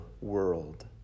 world